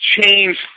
change